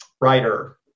writer